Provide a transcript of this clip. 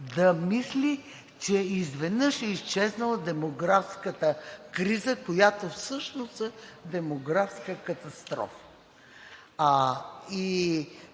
да мисли, че изведнъж е изчезнала демографската криза, която всъщност е демографска катастрофа.